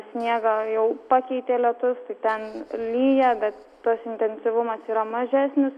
sniegą jau pakeitė lietus ten lyja bet tas intensyvumas yra mažesnis